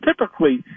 typically